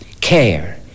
care